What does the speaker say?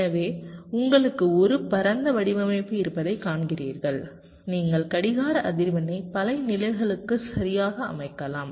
எனவே உங்களுக்கு ஒரு பரந்த வடிவமைப்பு இருப்பதைக் காண்கிறீர்கள் நீங்கள் கடிகார அதிர்வெண்ணை பல நிலைகளுக்கு சரியாக அமைக்கலாம்